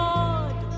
Lord